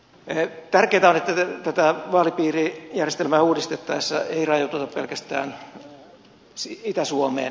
tärkeintä on että tätä vaalipiirijärjestelmää uudistettaessa ei rajoituta pelkästään itä suomeen